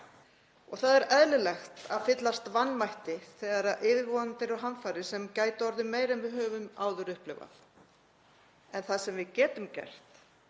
og það er eðlilegt að fyllast vanmætti þegar yfirvofandi eru hamfarir sem gætu orðið meiri en við höfum áður upplifað. En það sem við getum gert